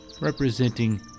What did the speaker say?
Representing